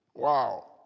Wow